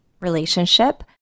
relationship